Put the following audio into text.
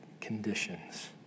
conditions